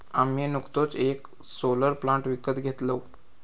आम्ही नुकतोच येक सोलर प्लांट विकत घेतलव